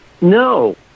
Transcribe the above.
No